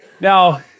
Now